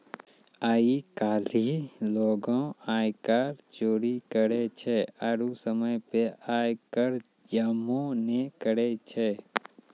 आइ काल्हि लोगें आयकर चोरी करै छै आरु समय पे आय कर जमो नै करै छै